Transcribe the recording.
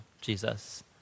Jesus